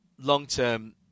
long-term